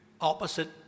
opposite